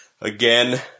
again